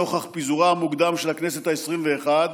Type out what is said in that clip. נוכח פיזורה המוקדם של הכנסת העשרים-ואחת,